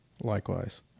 Likewise